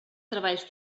treballs